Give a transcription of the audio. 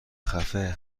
خفه